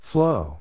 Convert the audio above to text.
Flow